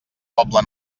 poble